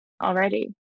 already